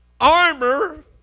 armor